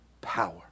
power